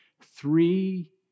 three